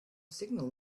signal